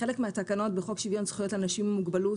חלק מהתקנות בחוק שוויון זכויות לאנשים עם מוגבלות